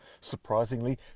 surprisingly